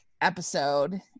episode